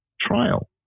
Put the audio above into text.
trial